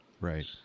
Right